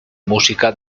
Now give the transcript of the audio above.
música